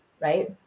right